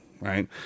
right